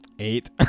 Eight